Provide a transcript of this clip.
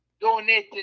donated